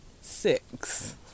six